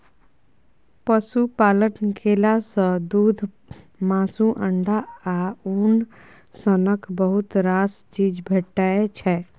पशुपालन केला सँ दुध, मासु, अंडा आ उन सनक बहुत रास चीज भेटै छै